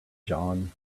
john